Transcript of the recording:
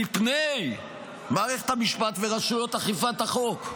מפני מערכת המשפט ורשויות אכיפת החוק.